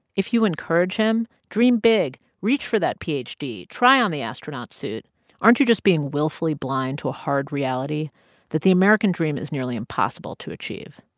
if you encourage him dream big. reach for that ph d. try on the astronaut suit aren't you just being willfully blind to a hard reality that the american dream is nearly impossible to achieve?